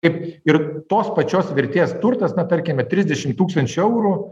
kaip ir tos pačios vertės turtas na tarkime trisdešim tūkstančių eurų